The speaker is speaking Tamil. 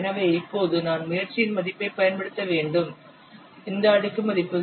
எனவே இப்போது நான் முயற்சியின் மதிப்பைப் பயன்படுத்த வேண்டும் இந்த அடுக்கு மதிப்பு 0